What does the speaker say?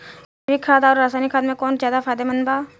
जैविक खाद आउर रसायनिक खाद मे कौन ज्यादा फायदेमंद बा?